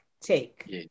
take